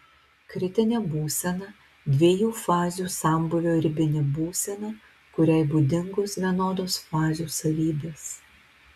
kritinė būsena dviejų fazių sambūvio ribinė būsena kuriai būdingos vienodos fazių savybės